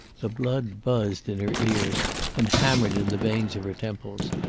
the blood buzzed in her ears and hammered in the veins of her temples.